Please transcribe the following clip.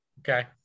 Okay